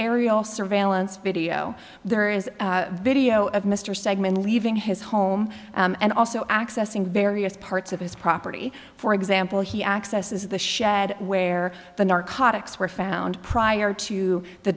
aerial surveillance video there is video of mr stegman leaving his home and also accessing various parts of his property for example he accesses the shed where the narcotics were found prior to the